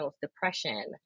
depression